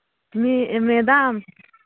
A madam